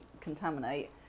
contaminate